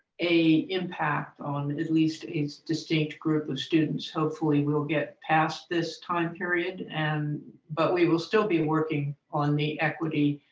a impact on at least a distinct group of students. hopefully we'll get past this time period and but we will still be working on the equity